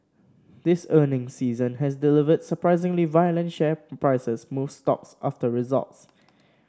this earnings season has delivered surprisingly violent share prices moves stocks after results